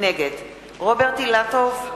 נגד רוברט אילטוב,